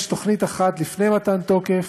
יש תוכנית אחת לפני מתן תוקף,